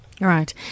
Right